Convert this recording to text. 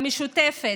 המשותפת,